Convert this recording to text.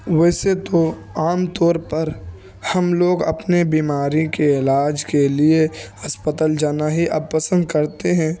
ویسے تو عام طور پر ہم لوگ اپنے بیماری کے علاج کے لیے اسپتال جانا ہی اب پسند کرتے ہیں